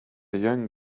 young